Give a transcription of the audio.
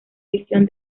visión